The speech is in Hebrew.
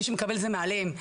מי שמקבל זה מעליהם,